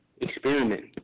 experiment